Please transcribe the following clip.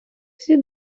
всі